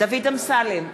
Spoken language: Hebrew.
דוד אמסלם,